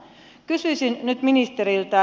kysyisin nyt ministeriltä